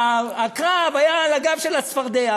העקרב היה על הגב של הצפרדע.